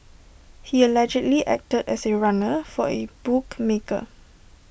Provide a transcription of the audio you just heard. he allegedly acted as A runner for A bookmaker